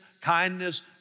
kindness